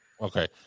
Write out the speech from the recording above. Okay